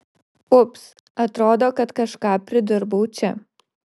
ups atrodo kad kažką pridirbau čia